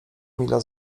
emila